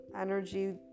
energy